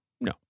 No